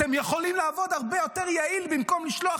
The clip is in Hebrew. אתם יכולים לעבוד הרבה יותר יעיל במקום לשלוח